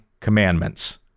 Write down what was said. commandments